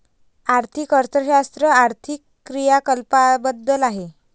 आर्थिक अर्थशास्त्र आर्थिक क्रियाकलापांबद्दल आहे